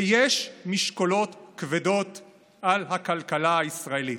ויש משקולות כבדות על הכלכלה הישראלית.